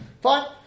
Fine